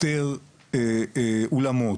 יותר אולמות,